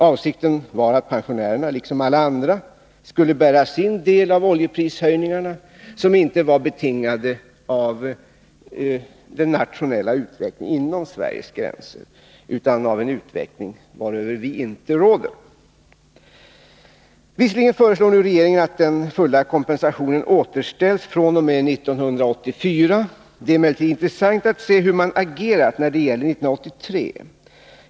Avsikten var att pensionärerna, liksom alla andra, skulle bära sin del av t.ex. oljeprishöjningarna, som inte är betingade av den nationella utvecklingen inom Sveriges gränser utan av en utveckling varöver vi inte råder. Visserligen föreslår nu regeringen att den fulla kompensationen återställs fr.o.m. 1984. Det är emellertid intressant att se hur man har agerat när det gäller 1983.